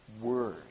word